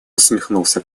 усмехнулся